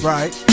Right